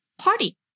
party